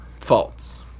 false